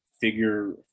figure